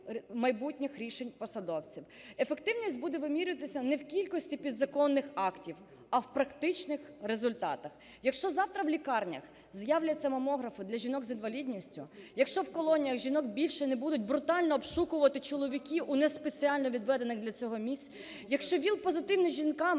майбутніх рішень посадовців. Ефективність буде вимірюватися не в кількості підзаконних актів, а в практичних результатах. Якщо завтра в лікарнях з'являться мамографи для жінок з інвалідність, якщо в колоніях жінок більше не будуть брутально обшукувати чоловіки у не спеціально відведених для цього місцях, якщо ВІЛ-позитивним жінкам